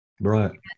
right